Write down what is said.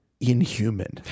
inhuman